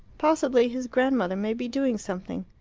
possibly his grandmother may be doing something,